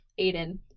Aiden